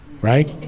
right